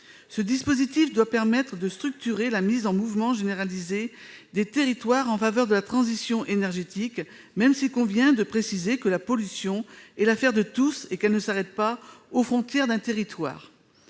Ce dispositif doit permettre de structurer la mise en mouvement généralisée des territoires en faveur de la transition énergétique, même s'il convient de préciser que la pollution est l'affaire de tous et qu'elle ne s'arrête pas aux frontières d'un territoire.